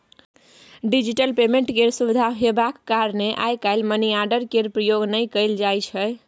digital payment केर सुविधा हेबाक कारणेँ आइ काल्हि मनीआर्डर केर प्रयोग नहि कयल जाइ छै